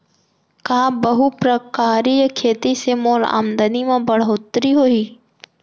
का बहुप्रकारिय खेती से मोर आमदनी म बढ़होत्तरी होही?